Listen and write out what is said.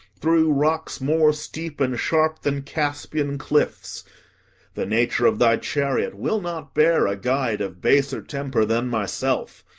through rocks more steep and sharp than caspian cliffs the nature of thy chariot will not bear a guide of baser temper than myself,